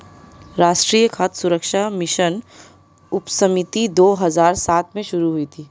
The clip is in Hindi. राष्ट्रीय खाद्य सुरक्षा मिशन उपसमिति दो हजार सात में शुरू हुई थी